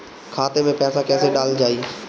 खाते मे पैसा कैसे डालल जाई?